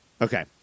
Okay